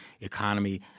economy